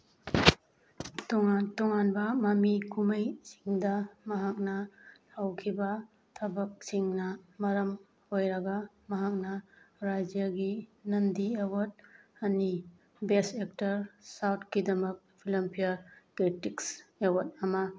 ꯇꯣꯉꯥꯟ ꯇꯣꯉꯥꯟꯕ ꯃꯃꯤ ꯀꯨꯝꯃꯩꯁꯤꯡꯗ ꯃꯍꯥꯛꯅ ꯇꯧꯈꯤꯕ ꯊꯕꯛꯁꯤꯡꯅ ꯃꯔꯝ ꯑꯣꯏꯔꯒ ꯃꯍꯥꯛꯅ ꯔꯥꯏꯖ꯭ꯌꯥꯒꯤ ꯅꯟꯗꯤ ꯑꯦꯋꯥꯔꯗ ꯑꯅꯤ ꯕꯦꯁ ꯑꯦꯛꯇꯔ ꯁꯥꯎꯠꯀꯤꯗꯃꯛ ꯐꯤꯂꯝ ꯐꯤꯌꯔ ꯀ꯭ꯔꯤꯇꯤꯁ ꯑꯦꯋꯥꯔꯗ ꯑꯃ